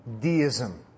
Deism